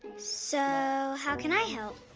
so, how can i help?